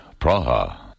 Praha